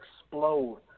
explode